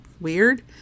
weird